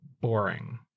boring